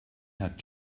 hat